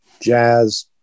jazz